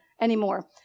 anymore